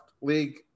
league